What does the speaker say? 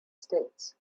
states